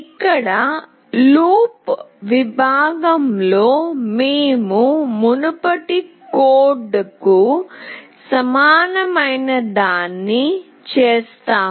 ఇక్కడ లూప్ విభాగంలో మేము మునుపటి కోడ్కు సమానమైనదాన్ని చేస్తాము